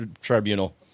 Tribunal